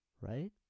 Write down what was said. Right